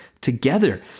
together